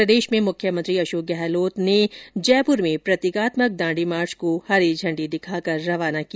प्रदेश में मुख्यमंत्री अशोक गहलोत ने भी जयपुर में प्रतीकात्मक दांडी मार्च को हरी झंडी दिखाकर रवाना किया